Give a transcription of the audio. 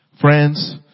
Friends